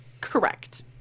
Correct